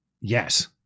yes